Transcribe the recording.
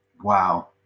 wow